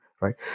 Right